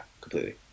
completely